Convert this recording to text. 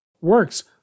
works